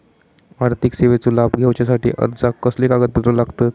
आर्थिक सेवेचो लाभ घेवच्यासाठी अर्जाक कसले कागदपत्र लागतत?